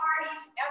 parties